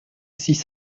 six